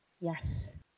Yes